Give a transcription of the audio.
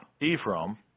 Ephraim